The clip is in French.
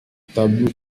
tableau